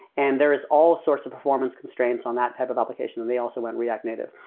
and there is all sorts of performance constraints on that type of application and they also went react native.